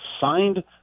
signed